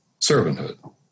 servanthood